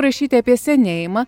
rašyti apie senėjimą